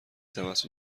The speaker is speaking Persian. توسط